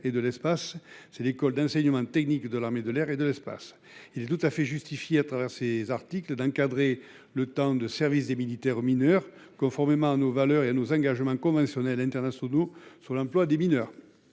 et de l'espace, c'est l'école d'enseignement technique de l'armée de l'air et de l'espace. Il est tout à fait justifié à travers ses articles d'encadrer le temps de service des militaires mineurs conformément à nos valeurs et nos engagements conventionnels internationaux sur l'emploi des mineurs.